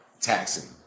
taxing